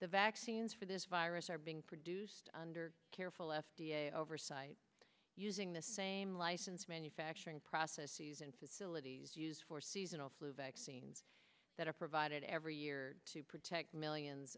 the vaccines for this virus are being produced under careful f d a oversight using the same license manufacturing processes and facilities used for seasonal flu vaccines that are provided every year to protect millions